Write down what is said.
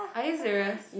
are you serious